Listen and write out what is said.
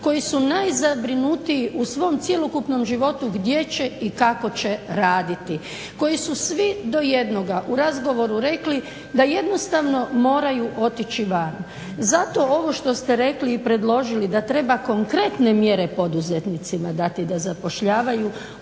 koji su najzabrinutiji u svom cjelokupnom životu gdje će i kako će raditi? Koji su svi do jednoga u razgovoru rekli da jednostavno moraju otići vani. Zato ovo što ste rekli i predložili da treba konkretne mjere poduzetnicima dati da zapošljavaju